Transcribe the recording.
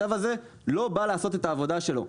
הצו הזה לא בא לעשות את העבודה שלו,